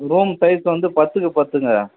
room size வந்து பத்துக்கு பத்துங்க